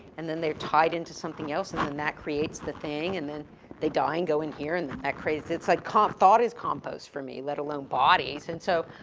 and then they're tied into something else, and then that creates the thing and then they die and go in here, and that that creates. it's like com, thought is compost for me, let alone bodies. and so.